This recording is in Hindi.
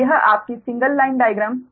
और यह आपकी सिंगल लाइन डाइग्राम